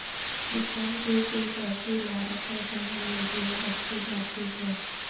chicken coop एक ऐसी इमारत है जहां मुर्गियां रखी जाती हैं